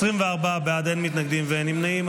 24 בעד, אין מתנגדים ואין נמנעים.